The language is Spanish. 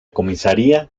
comisaría